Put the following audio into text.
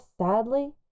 sadly